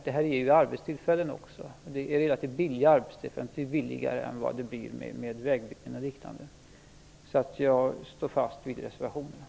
Det ger också arbetstillfällen som är relativt billiga - betydligt billigare än vad det blir med vägbyggen och liknande. Jag står fast vid reservationerna.